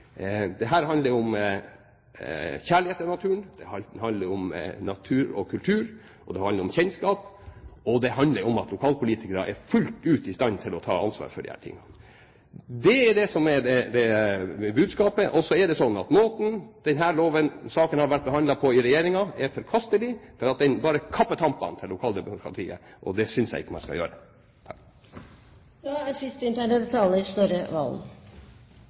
handler om kjærlighet til naturen. Det handler om natur og kultur. Det handler om kjennskap. Og det handler om at lokalpolitikere er fullt ut i stand til å ta ansvar for disse tingene. Det er det som er budskapet. Måten denne saken har vært behandlet på i regjeringen, er forkastelig, for den bare kapper tampene til lokaldemokratiet. Det synes jeg ikke man skal gjøre. Da er siste inntegnede taler Snorre Serigstad Valen.